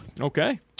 Okay